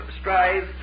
strive